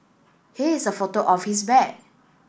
here is a photo of his bag